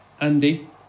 Andy